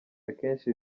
akenshi